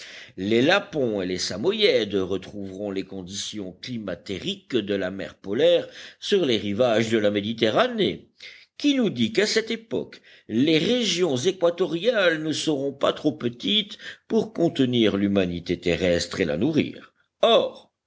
les lapons et les samoyèdes retrouveront les conditions climatériques de la mer polaire sur les rivages de la méditerranée qui nous dit qu'à cette époque les régions équatoriales ne seront pas trop petites pour contenir l'humanité terrestre et la nourrir or